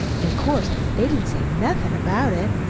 an' course they didn't say nothin about it.